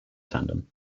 tendon